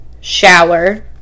shower